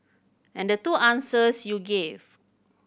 and the two answers you gave